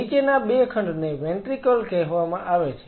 નીચેના 2 ખંડને વેન્ટ્રિક્લ કહેવામાં આવે છે